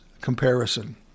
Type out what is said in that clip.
comparison